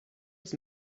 was